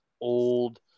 old